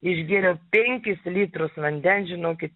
išgėriau penkis litrus vandens žinokit